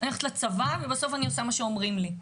אני הולכת לצבא ובסוף אני עושה מה שאומרים לי.